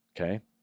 okay